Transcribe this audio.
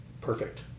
perfect